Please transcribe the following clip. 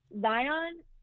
Zion